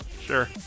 sure